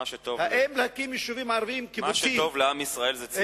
מה שטוב לעם ישראל זה ציוני.